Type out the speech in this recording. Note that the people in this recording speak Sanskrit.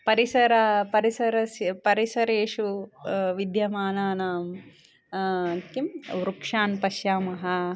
परिसर परिसरस्य परिसरेषु विद्यमानान् किं वृक्षान् पश्यामः